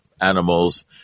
animals